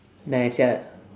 then I say